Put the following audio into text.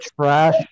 trash